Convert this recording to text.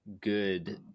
good